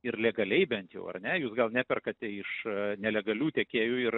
ir legaliai bent jau ar ne jūs gal neperkate iš nelegalių tiekėjų ir